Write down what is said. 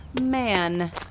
man